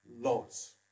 laws